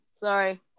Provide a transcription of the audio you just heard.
Sorry